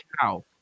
cow